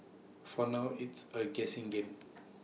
for now it's A guessing game